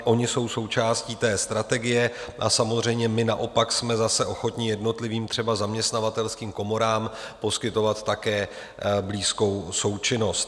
Oni jsou součástí té strategie a samozřejmě my naopak jsme zase ochotni třeba jednotlivým zaměstnavatelským komorám poskytovat také blízkou součinnost.